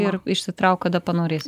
ir išsitrauk kada panorėsi